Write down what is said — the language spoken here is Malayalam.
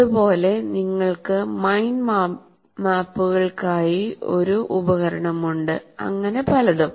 അതുപോലെ നിങ്ങൾക്ക് മൈൻഡ് മാപ്പുകൾക്കായി ഒരു ഉപകരണം ഉണ്ട് അങ്ങനെ പലതും